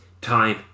time